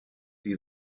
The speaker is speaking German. die